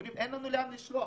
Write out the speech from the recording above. אומרים שאין להם לאן לשלוח.